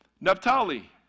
Naphtali